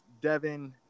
Devin